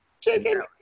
Chicken